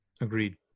Agreed